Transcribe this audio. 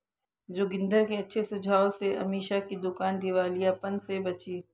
जोगिंदर के अच्छे सुझाव से अमीषा की दुकान दिवालियापन से बची